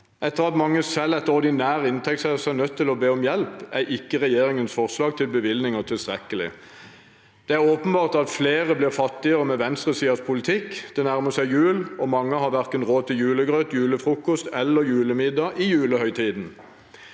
Etter at mange selv etter ordinær inntekt ser seg nødt til å be om hjelp, er ikke regjeringens forslag til bevilgninger tilstrekkelige. Det er åpenbart at flere blir fattigere med venstresidens politikk. Det nærmer seg jul, og mange har verken råd til julegrøt, julefrokost eller julemiddag i julehøytiden.